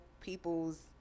people's